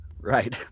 Right